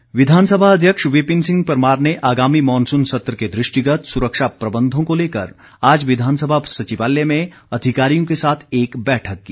परमार विधानसभा अध्यक्ष विपिन सिंह परमार ने आगामी मॉनसून सत्र के दृष्टिगत सुरक्षा प्रबंधों को लेकर आज विधानसभा सचिवालय में अधिकारियों के साथ एक बैठक की